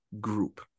group